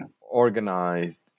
organized